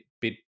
bit